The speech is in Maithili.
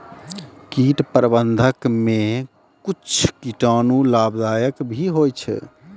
कीट प्रबंधक मे कुच्छ कीटाणु लाभदायक भी होय छै